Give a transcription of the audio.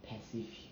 passive